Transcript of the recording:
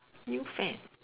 new fad